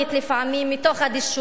לפעמים מתוך אדישות,